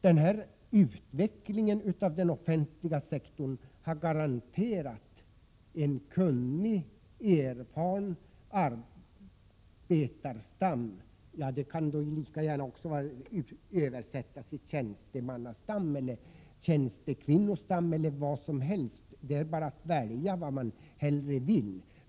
Den här utvecklingen av den offentliga sektorn har garanterat en kunnig, erfaren arbetarstam — detta ord kan lika gärna översättas med tjänstemannastam eller tjänstekvinnostam, ja, det är bara att välja.